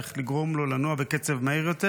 צריך לגרום לו לנוע בקצב מהיר יותר.